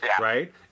right